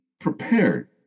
prepared